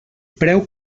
preu